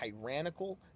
tyrannical